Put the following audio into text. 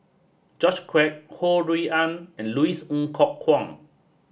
George Quek Ho Rui An and Louis Ng Kok Kwang